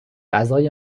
غذای